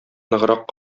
ныграк